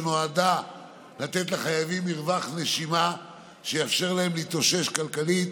שנועדה לתת לחייבים מרווח נשימה שיאפשר להם להתאושש כלכלית